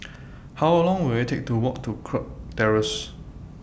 How Long Will IT Take to Walk to Kirk Terrace